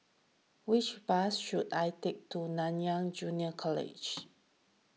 which bus should I take to Nanyang Junior College